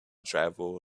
travel